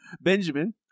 benjamin